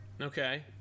Okay